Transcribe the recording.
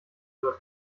wird